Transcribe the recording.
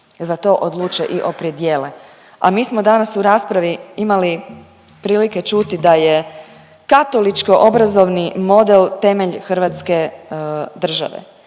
za to odluče i opredijele. A mi smo danas u raspravi imali prilike čuti da je katoličko obrazovni model temelj hrvatske države